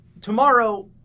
tomorrow